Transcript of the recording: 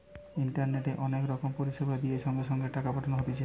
ইন্টারনেটে অনেক রকম পরিষেবা দিয়ে সঙ্গে সঙ্গে টাকা পাঠানো হতিছে